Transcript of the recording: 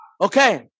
Okay